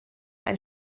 ein